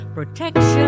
Protection